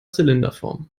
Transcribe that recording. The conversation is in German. zylinderform